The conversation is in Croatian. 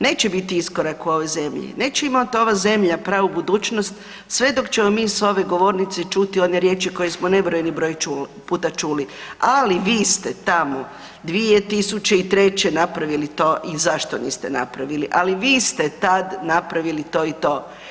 Neće biti iskorak u ovoj zemlji, neće imati ova zemlja pravu budućnost sve dok ćemo mi s ove govornice čuti one riječi koje smo nebrojeni broj puta čuli, ali vi ste tamo 2003. napravili to i zašto niste napravili, ali vi ste tad napravili to i to.